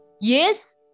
Yes